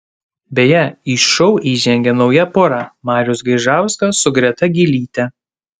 beje į šou įžengė nauja pora marius gaižauskas su greta gylyte